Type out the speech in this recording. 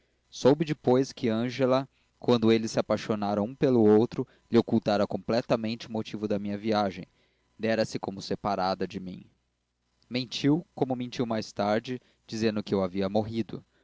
soube depois que ângela quando eles se apaixonaram um pelo outro lhe ocultara completamente o motivo da minha viagem dera-se como separada de mim mentiu como mentiu mais tarde dizendo que eu havia morrido